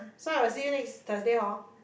so I will see you next Thursday horn